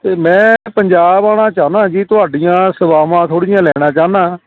ਅਤੇ ਮੈਂ ਪੰਜਾਬ ਆਉਣਾ ਚਾਹੁੰਦਾ ਜੀ ਤੁਹਾਡੀਆਂ ਸੇਵਾਵਾਂ ਥੋੜ੍ਹੀਆਂ ਲੈਣਾ ਚਾਹੁੰਦਾ